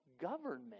government